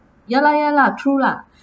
ya lah ya lah true lah but